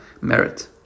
merit